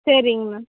சரிங்க மேம்